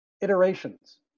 iterations